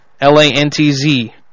L-A-N-T-Z